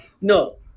No